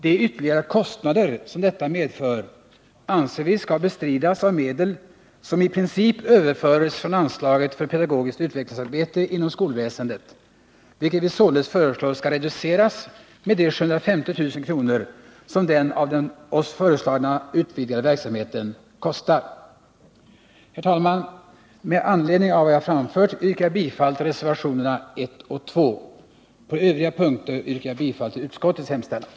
De ytterligare kostnader som detta medför anser vi skall bestridas av medel, som i princip överförs från anslaget för pedagogiskt utvecklingsarbete inom skolväsendet, vilket vi således föreslår skall reduceras med de 750 000 kr. som den av oss föreslagna utvidgningen av verksamheten kostar. Herr talman! Med anledning av vad jag har framfört yrkar jag bifall till reservationerna 1 och 2. På övriga punkter yrkar jag bifall till utskottets hemställan.